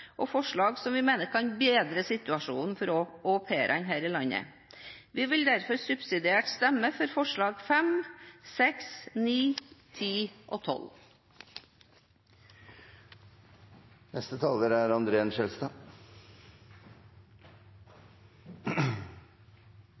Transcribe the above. og forslag som vi mener kan bedre situasjonen for au pairene her i landet. Vi vil derfor subsidiært stemme for forslagene nr. 5, 6, 9, 10 og 12. For mange er